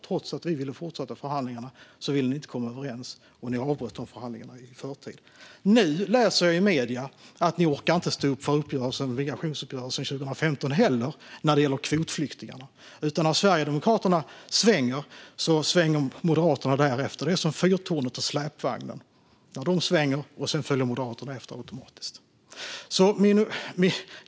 Trots att vi ville fortsätta förhandlingarna ville de inte komma överens och avbröt dem därför i förtid. Nu kan jag läsa i medierna att de inte heller orkar stå upp för migrationsuppgörelsen från 2015 vad gäller kvotflyktingarna. Utan när Sverigedemokraterna svänger då svänger även Moderaterna. Det är som Fyrtornet och Släpvagnen. När de svänger följer Moderaterna automatiskt efter.